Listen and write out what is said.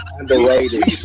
underrated